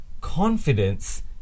Confidence